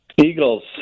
eagles